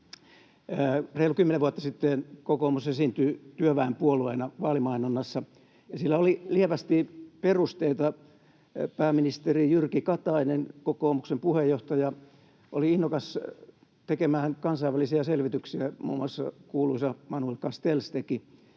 Reilu kymmenen vuotta sitten kokoomus esiintyi työväen puolueena vaalimainonnassa, ja sillä oli lievästi perusteita. Pääministeri Jyrki Katainen, kokoomuksen puheenjohtaja, oli innokas tekemään kansainvälisiä selvityksiä. Muun muassa kuuluisa Manuel Castells teki